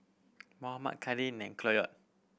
Mohammad Kadin Cloyd